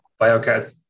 BioCats